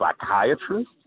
psychiatrist